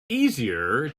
easier